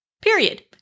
period